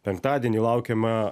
penktadienį laukiama